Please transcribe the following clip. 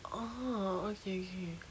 orh ookay ookay